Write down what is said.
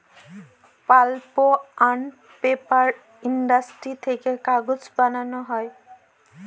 pulp and paper industry থেকে কাগজ বানানো হয়